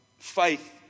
Faith